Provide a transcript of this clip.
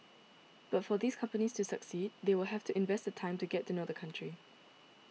but for these companies to succeed they will have to invest the time to get to know the country